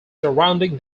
surrounding